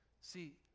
See